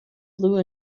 blue